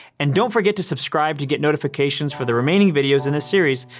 and don't forget to subscribe to get notifications for the remaining videos in this series.